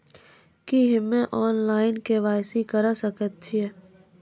की हम्मे online, KYC करा सकैत छी?